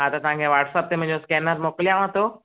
हा त तव्हांखे वाट्सअप ते मुंहिंजो स्कैनर मोकिलियाव थो